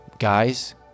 Guys